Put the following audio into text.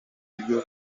buryo